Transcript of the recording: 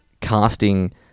casting